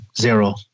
zero